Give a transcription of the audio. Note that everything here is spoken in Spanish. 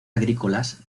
agrícolas